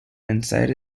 inside